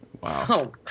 Wow